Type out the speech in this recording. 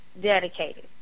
dedicated